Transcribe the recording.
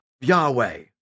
Yahweh